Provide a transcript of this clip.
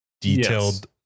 detailed